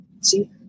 see